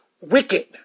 wicked